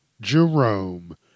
Jerome